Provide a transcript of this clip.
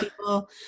people